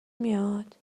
میاد